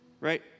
Right